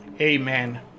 Amen